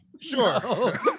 Sure